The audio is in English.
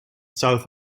south